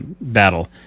battle